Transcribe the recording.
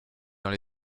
dans